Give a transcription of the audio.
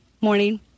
morning